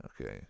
okay